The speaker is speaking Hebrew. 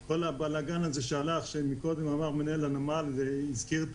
כל הבלגן הזה שקודם דיבר עליו מנהל הנמל